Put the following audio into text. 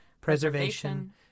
preservation